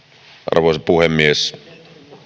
arvoisa puhemies